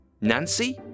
Nancy